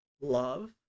love